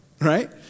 right